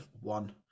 one